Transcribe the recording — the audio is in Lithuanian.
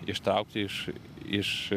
ištraukti iš iš